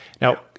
Now